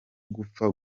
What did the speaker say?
gupfa